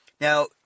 Now